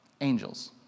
Angels